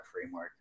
framework